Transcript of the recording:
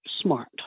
smart